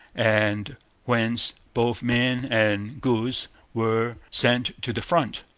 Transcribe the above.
and whence both men and goods were sent to the front.